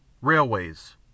railways